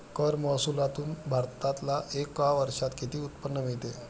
कर महसुलातून भारताला एका वर्षात किती उत्पन्न मिळते?